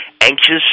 anxious